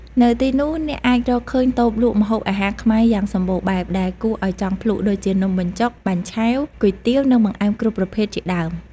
នៅទីនោះ អ្នកអាចរកឃើញតូបលក់ម្ហូបអាហារខ្មែរយ៉ាងសម្បូរបែបដែលគួរឲ្យចង់ភ្លក្ស ដូចជា នំបញ្ចុក បាញ់ឆែវ គុយទាវ និងបង្អែមគ្រប់ប្រភេទជាដើម។